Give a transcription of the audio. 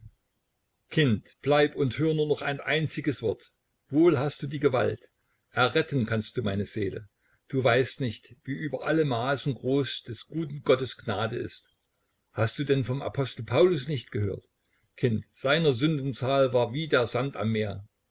kind bleib und hör nur noch ein einziges wort wohl hast du die gewalt erretten kannst du meine seele du weißt nicht wie über alle maßen groß des guten gottes gnade ist hast du denn vom apostel paulus nicht gehört kind seiner sünden zahl war wie der sand am meer